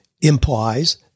implies